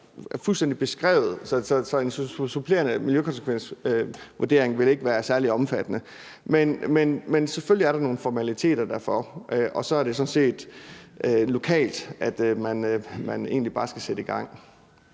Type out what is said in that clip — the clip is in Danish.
jo fuldstændig beskrevet, så en supplerende miljøkonsekvensvurdering vil ikke være særlig omfattende. Men selvfølgelig er der nogle formaliteter i den forbindelse, og så er det sådan set egentlig bare lokalt, at man